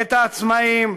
את העצמאים,